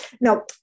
Now